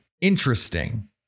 interesting